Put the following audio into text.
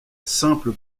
simple